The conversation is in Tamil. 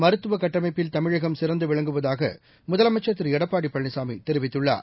மருத்துவகட்டமைப்பில் தமிழகம் சிறந்துவிளங்குவதாகமுதலமைச்சர் திருஎடப்பாடிபழனிசாமிதெரிவித்துள்ளார்